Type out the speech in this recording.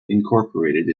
incorporated